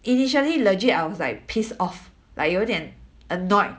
initially legit I was like pissed off like 有一点 annoyed